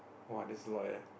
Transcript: what is loyal